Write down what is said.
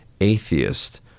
atheist